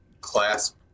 clasp